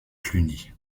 cluny